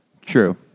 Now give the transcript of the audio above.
True